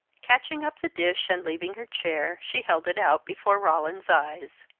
catching up the dish, and leaving her chair, she held it out before roland's eyes.